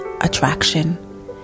attraction